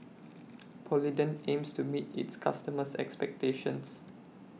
Polident aims to meet its customers' expectations